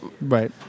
Right